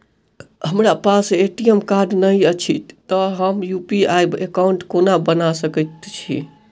हमरा पास ATM card नहि अछि तए हम यु.पी.आई एकॉउन्ट कोना बना सकैत छी